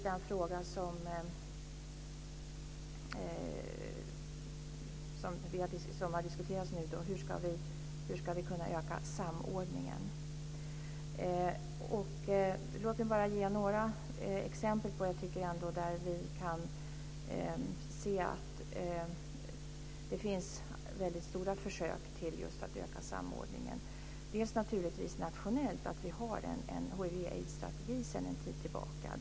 Den fråga som nu har diskuterats är hur vi ska kunna öka samordningen. Låt mig ge några exempel på där vi kan se att det görs stora försök att öka samordningen. Nationellt har vi en hiv/aids-strategi sedan en tid tillbaka.